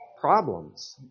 problems